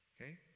okay